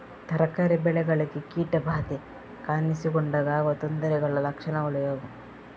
ತರಕಾರಿ ಬೆಳೆಗಳಿಗೆ ಕೀಟ ಬಾಧೆ ಕಾಣಿಸಿಕೊಂಡಾಗ ಆಗುವ ತೊಂದರೆಗಳ ಲಕ್ಷಣಗಳು ಯಾವುವು?